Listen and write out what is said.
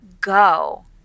go